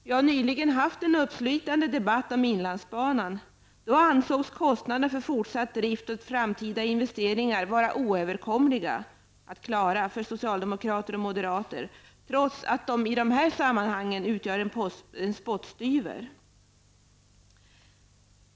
Vi har nyligen haft en uppslitande debatt om inlandsbanan. Då ansågs kostnaderna för fortsatt drift och framtida investeringar vara oöverkomliga att klara för socialdemokrater och moderater, trots att dessa kostnader jämfört med detta projekt är en spottstyver.